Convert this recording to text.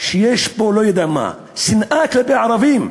שיש פה, לא יודע מה, שנאה כלפי הערבים,